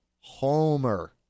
Homer